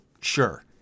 Sure